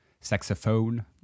saxophone